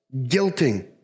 guilting